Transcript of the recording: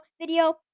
Video